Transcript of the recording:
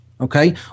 okay